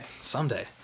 Someday